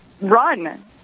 run